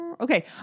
Okay